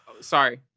Sorry